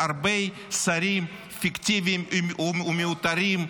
ועוד הרבה שרים פיקטיביים ומיותרים,